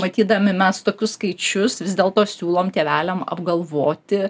matydami mes tokius skaičius vis dėl to siūlom tėveliam apgalvoti